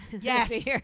Yes